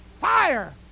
fire